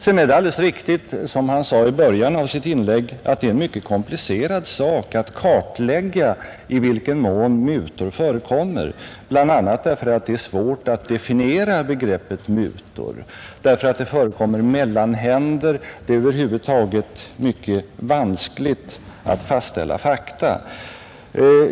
Sedan är det alldeles riktigt, som utrikesministern sade i början av sitt inlägg, att det är en mycket komplicerad sak att kartlägga i vilken mån mutor förekommer, bla. därför att det är svårt att definiera begreppet mutor och därför att det förekommer mellanhänder. Det är över huvud taget mycket vanskligt att fastställa fakta.